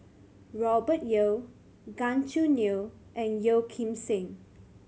Robert Yeo Gan Choo Neo and Yeo Kim Seng